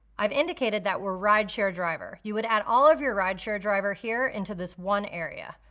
i've indicated that we're rideshare driver. you would add all of your rideshare driver here into this one area,